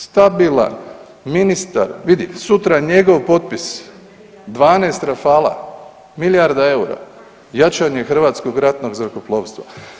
Stabilan, ministar, vidi sutra njegov potpis, 12 Rafala, milijarda EUR-a, jačanje Hrvatskog ratnog zrakoplovstva.